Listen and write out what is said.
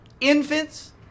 infants